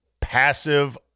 passive